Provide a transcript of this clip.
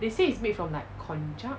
they say is made from like conja~